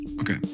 Okay